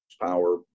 power